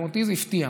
גם אותי זה הפתיע.